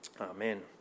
Amen